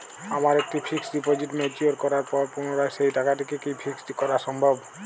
আমার একটি fixed deposit mature করার পর পুনরায় সেই টাকাটিকে কি ফিক্সড করা সম্ভব?